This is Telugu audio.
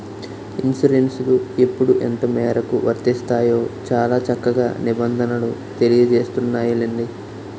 ఇన్సురెన్సులు ఎప్పుడు ఎంతమేరకు వర్తిస్తాయో చాలా చక్కగా నిబంధనలు తెలియజేస్తున్నాయిలెండి